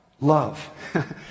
Love